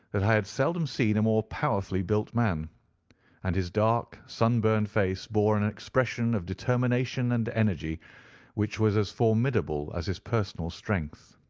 that i had seldom seen a more powerfully built man and his dark sunburned face bore an expression of determination and energy which was as formidable as his personal strength.